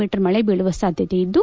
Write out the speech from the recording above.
me ಮಳೆ ಬೀಳುವ ಸಾಧ್ಯತೆ ಇದ್ದು